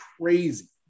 crazy